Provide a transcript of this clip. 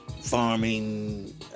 farming